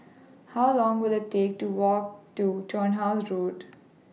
How Long Will IT Take to Walk to Turnhouse Road